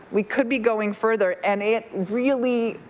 we could be going further and it really